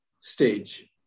stage